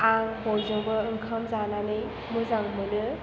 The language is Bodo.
आं बयजोंबो ओंखाम जानानै मोजां मोनो